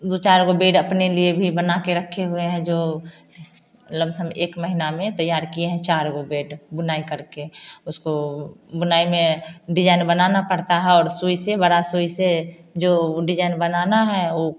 दो चार गो बेड अपने लिए भी बना के रखे हुए हैं जो लमसम एक महीना में तैयार किए हैं चार गो बेड बुनाई करके उसको बुनाई में डिजाईन बनाना पड़ता है और सुई से बड़ा सुई से जो डिजाईन बनाना है